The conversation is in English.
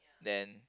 then